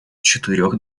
четырех